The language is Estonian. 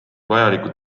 vajalikud